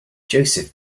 joseph